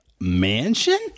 mansion